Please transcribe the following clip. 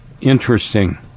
interesting